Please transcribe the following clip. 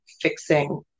fixing